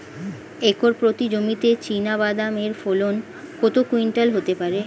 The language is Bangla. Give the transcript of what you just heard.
একর প্রতি জমিতে চীনাবাদাম এর ফলন কত কুইন্টাল হতে পারে?